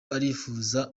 arifuriza